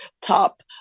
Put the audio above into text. top